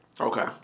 Okay